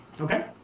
Okay